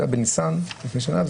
זה היה בניסן לפני שנה.